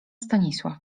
stanisław